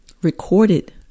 Recorded